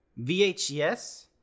VHS